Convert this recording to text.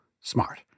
smart